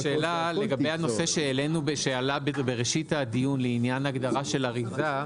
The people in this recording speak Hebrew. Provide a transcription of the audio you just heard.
השאלה לגבי הנושא שעלה בראשית הדיון לעניין הגדרה של אריזה,